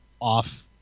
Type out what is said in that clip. off